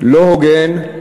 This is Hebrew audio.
לא הוגן,